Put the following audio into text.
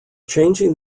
changing